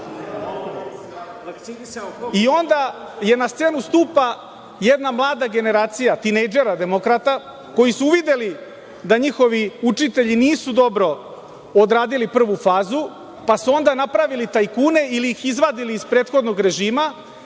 i onda na scenu stupa jedna mlada generacija tinejdžera, demokrata, koji su uvideli da njihovi učitelji nisu dobro odradili prvu fazu, pa su onda napravili tajkune ili ih izvadili iz prethodnog režima. Njima